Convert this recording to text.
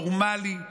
נורמלי,